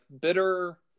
bitter